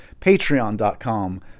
patreon.com